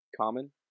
common